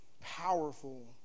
powerful